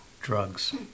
drugs